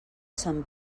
sant